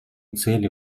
цели